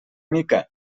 mica